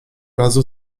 razu